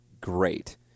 great